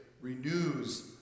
renews